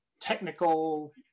technical